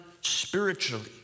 spiritually